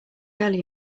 early